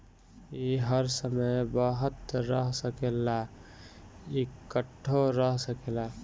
ई हर समय बहत रह सकेला, इकट्ठो रह सकेला